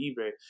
eBay